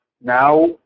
Now